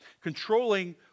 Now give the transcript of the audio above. Controlling